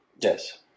Yes